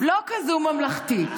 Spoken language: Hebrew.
לא כזאת ממלכתית,